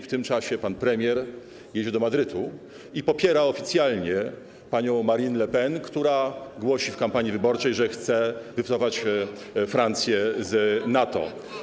W tym czasie pan premier jedzie do Madrytu i popiera oficjalnie panią Marine Le Pen, która głosi w kampanii wyborczej, że chce wycofać Francję z NATO.